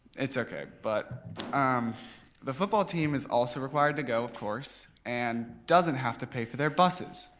it's okay. but um the football team is also required to go, of course, and doesn't have to pay for their buses.